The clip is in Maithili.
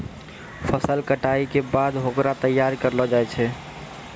फसल कटाई के बाद होकरा तैयार करलो जाय छै